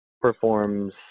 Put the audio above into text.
performs